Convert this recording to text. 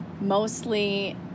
mostly